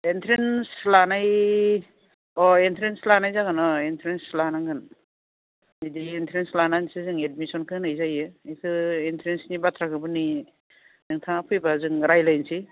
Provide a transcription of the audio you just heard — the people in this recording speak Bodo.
इन्ट्रेन्स लानाय अह इन्ट्रेन्स लानाय जागोन अह इन्ट्रेन्स लानांगोन बिदि इनट्रेन्स लानानैसो जों एडिमसनखौ होनाय जायो बेखौ इनट्रेन्सनि बाथ्राखौबो नै नोंथाङा फैबा जों रायलायनोसै